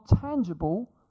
tangible